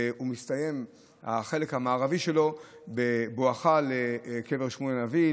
והחלק המערבי שלו מסתיים בואכה קבר שמואל הנביא,